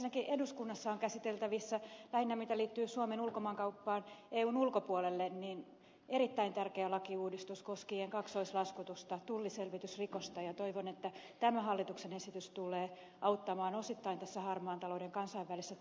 ensinnäkin eduskunnassa on käsiteltävissä lähinnä mitä liittyy suomen ulkomaankauppaan eun ulkopuolelle erittäin tärkeä lakiuudistus koskien kaksoislaskutusta tulliselvitysrikosta ja toivon että tämä hallituksen esitys tulee auttamaan osittain tässä harmaan talouden kansainvälisessä torjunnassa